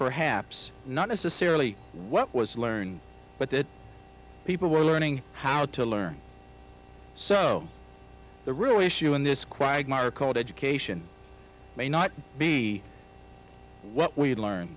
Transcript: perhaps not necessarily what was learned but that people were learning how to learn so the rule issue in this quagmire called education may not be what we learn